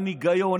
אין היגיון,